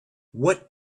what